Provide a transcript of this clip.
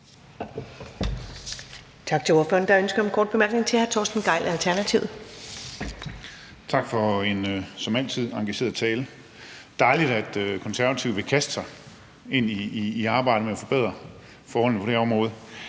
Tak til ordføreren. Der er ønske om en kort bemærkning fra hr. Torsten Gejl, Alternativet. Kl. 21:03 Torsten Gejl (ALT): Tak for en som altid engageret tale. Det er dejligt, at Konservative vil kaste sig ind i arbejdet med at forbedre forholdene på det her område.